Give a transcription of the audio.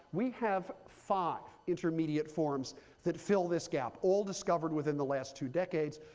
we have five intermediate forms that fill this gap, all discovered within the last two decades.